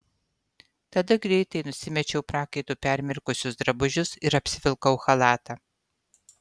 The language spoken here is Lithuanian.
tada greitai nusimečiau prakaitu permirkusius drabužius ir apsivilkau chalatą